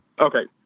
Okay